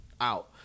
out